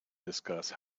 discuss